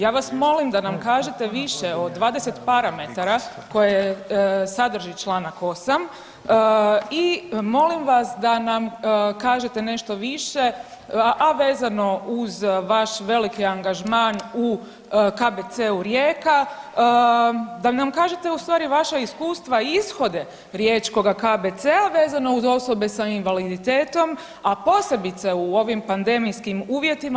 Ja vas molim da nam kažete više od 20 parametara koje sadrži Članak 8. i molim vas da nam kažete nešto više, a vezano uz vaš veliki angažman u KBC-u Rijeka, da nam kažete ustvari vaša iskustva i ishode riječkoga KBC-a vezano uz osobe s invaliditetom, a posebice u ovim pandemijskim uvjetima.